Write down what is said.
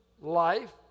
life